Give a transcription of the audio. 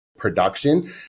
production